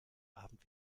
abend